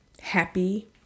happy